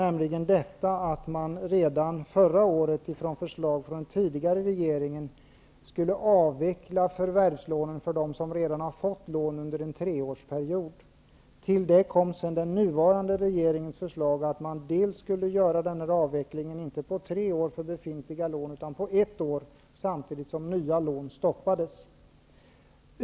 Redan förra året skulle man enligt ett förslag från den tidigare regeringen avveckla förvärvslånen för dem som redan hade fått lån under en treårsperiod. Till detta kom den nuvarande regeringens förslag att befintliga lån skulle avvecklas, inte på tre år utan på ett år, samtidigt som nya lån skulle stoppas.